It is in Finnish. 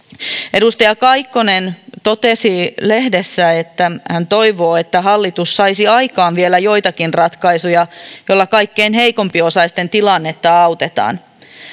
edustaja kaikkonen totesi lehdessä että hän toivoo että hallitus saisi aikaan vielä joitakin ratkaisuja joilla kaikkein heikko osaisimpien tilannetta autetaan